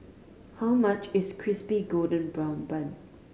how much is Crispy Golden Brown Bun